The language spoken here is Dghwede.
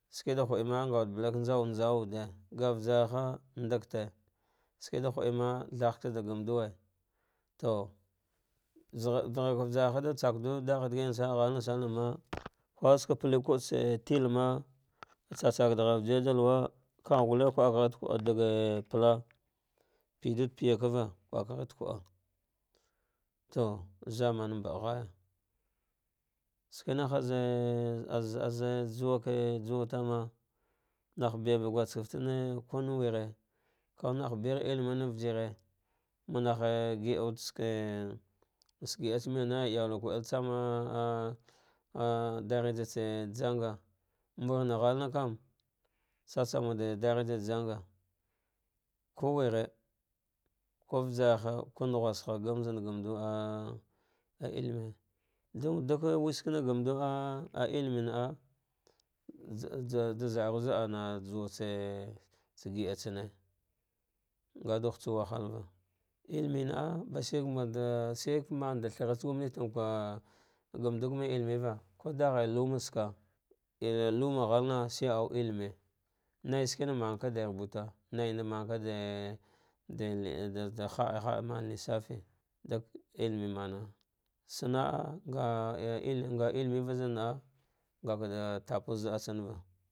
Shike ɗa huɗama nga wud bal jaw njauwuɗe ga vasarha nɗagte shike ɗa hu dema gmar sakda gandiwe to zegh dagheg vatarha ɗa tsakdu dagh dagisamma kulshike pal kude tsa tilma tsa tsu ɗa ghar vijirɗa lau a kagh gulle kiak ghar da kuda ɗagi pala, payvu ɗapayaleavha kuɗule ghada lau ata to zamane mbaghaya, shene haz haz ahz juwatana nah barba guskefreama ka we kan bar thmennvijire manahe gida wuddi shike sheke giɗatsa melnana iyalwa kuate kwaa aul tsama darasatsa janga muna ghanna kan tsa tsame wuate jjarasi tsa janga, kuu ure ku vasarha ku naghusha gamza gandina ahine ɗa za aru ana juwatsa ise giɗa ane ngava hitsa wahalva almine naa basi garndine shir shika manda thratsa gomrati va gamdu gama elmiva ko daghe luma tsaka a lauma ghalna shi au elme naishena naika ɗa rubuta naishe de de de haɗamam hsati dak elmimana sanaah nga elmeva za naa ngaka da tapha zaah tsanwa.